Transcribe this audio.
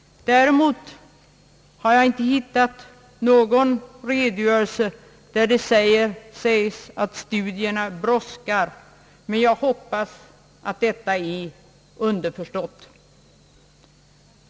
Däremot sägs inte att dessa studier brådskar, men jag hoppas att det är underförstått.